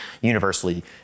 universally